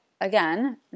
again